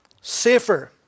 safer